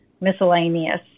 miscellaneous